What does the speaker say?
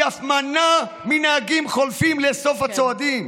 היא אף מנעה מנהגים חולפים לאסוף צועדים.